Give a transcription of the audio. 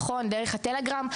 נכון דרך הטלגרם,